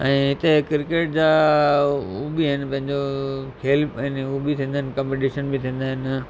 ऐं हिते क्रिकेट जा उहे बि आहिनि पैंजो खेल अने उहे बि थींदा आहिनि कंप्टीशन बि थींदा आहिनि